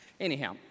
Anyhow